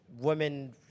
women